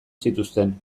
zituzten